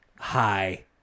hi